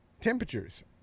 temperatures